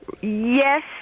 Yes